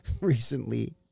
recently